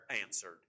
answered